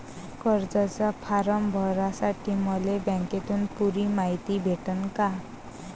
कर्जाचा फारम भरासाठी मले बँकेतून पुरी मायती भेटन का?